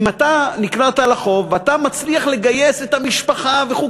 אם נקלעת לחוב ואתה מצליח לגייס את המשפחה וכו',